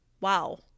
wow